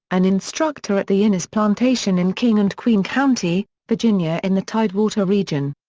an instructor at the innes plantation in king and queen county, virginia in the tidewater region.